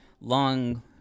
long